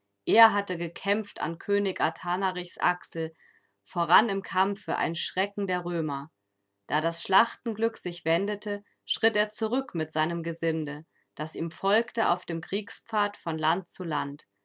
er hatte gekämpft an könig athanarichs achsel voran im kampfe ein schrecken der römer da das schlachtenglück sich wendete schritt er zurück mit seinem gesinde das ihm folgte auf dem kriegspfad von land zu land